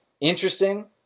interesting